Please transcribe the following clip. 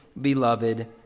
beloved